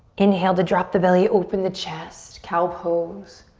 inhale to drop the belly, open the chest, cow pose.